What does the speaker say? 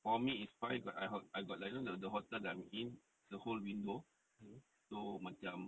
for me is fine but I got I got I don't know the the hotel that I'm in is a whole window so macam